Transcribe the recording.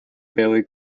billy